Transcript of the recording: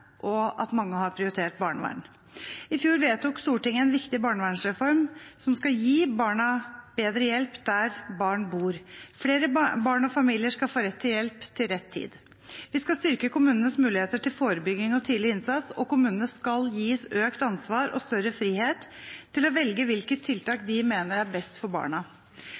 og at mange har prioritert barnevern. I fjor vedtok Stortinget en viktig barnevernsreform som skal gi bedre hjelp der barn bor. Flere barn og familier skal få rett hjelp til rett tid. Vi skal styrke kommunenes muligheter til forebygging og tidlig innsats, og kommunene skal gis økt ansvar og større frihet til å velge hvilke tiltak de mener er best for barna. Barnevernet møter ofte barn og familier som er i krise. For at barna,